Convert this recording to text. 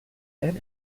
and